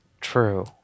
True